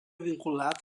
vinculat